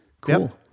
Cool